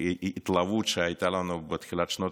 ההתלהבות שהייתה לנו בתחילת שנות